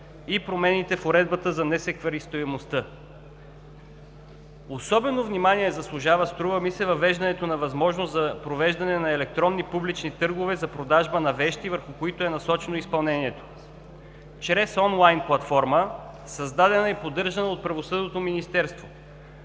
и промените в уредбата за несеквестируемостта. Особено внимание заслужава въвеждането на възможност за провеждане на електронни публични търгове за продажба на вещи, върху които е насочено изпълнението, чрез онлайн платформа, създадена и поддържана от Правосъдното министерство.